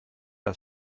das